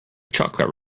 chocolate